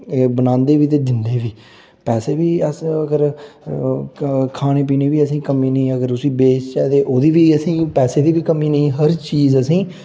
बनांदे बी दिंदे बी पैसे बी अस अगर खाने पीने दी बी कमी नेईं अगर उसी बेच चै ते ओह्दी बी असें गी पैसे दी बी कमी नेईं हर चीज़ दी असें ई